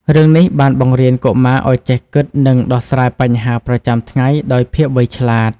រឿងនេះបានបង្រៀនកុមារឲ្យចេះគិត និងដោះស្រាយបញ្ហាប្រចាំថ្ងៃដោយភាពវៃឆ្លាត។